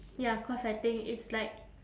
ya cause I think it's like